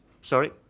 Sorry